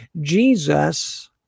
Jesus